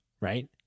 right